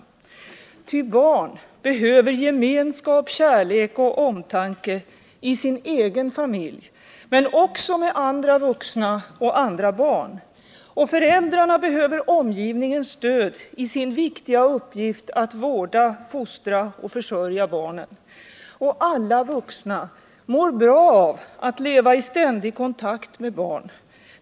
Ty barn behöver gemenskap, kärlek och omtanke i sin egen familj — men också i relationer med andra vuxna och andra barn. Föräldrarna behöver omgivningens stöd i sin viktiga uppgift att vårda, fostra och försörja barnen. Alla vuxna mår bra av att leva i ständig kontakt med barn.